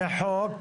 זה חוק.